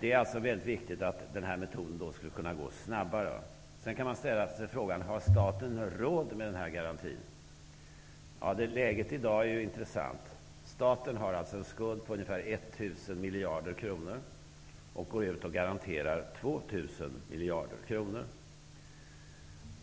Det är viktigt att det går snabbare med den här metoden. Man kan ställa sig frågan: Har staten råd med denna garanti? Dagens läge är intressant. Staten har en skuld på ungefär 1 000 miljarder kronor och påstår att 2 000 miljarder kronor